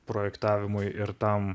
projektavimui ir tam